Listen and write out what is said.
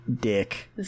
dick